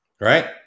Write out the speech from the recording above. right